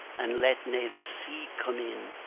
and let nae the sea come in.